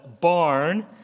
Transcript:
barn